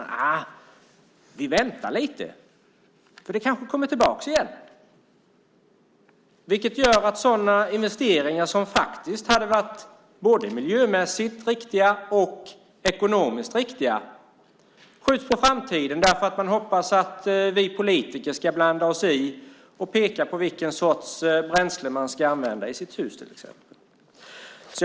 Då tycker de att de ska vänta lite eftersom den kanske kommer tillbaka igen. Det gör att sådana investeringar som hade varit både miljömässigt och ekonomiskt riktiga skjuts på framtiden eftersom de hoppas att vi politiker ska blanda oss i och peka på vilken sorts bränsle som ska användas. Fru talman!